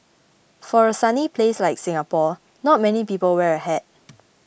for a sunny place like Singapore not many people wear a hat